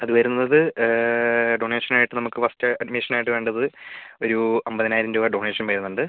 അത് വരുന്നത് ഡൊണേഷനായിട്ട് നമുക്ക് ഫസ്റ്റ് അഡ്മിഷനായിട്ട് വേണ്ടത് ഒരൂ അൻപതിനായിരം രൂപ ഡൊണേഷൻ വരുന്നുണ്ട്